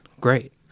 great